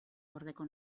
gordeko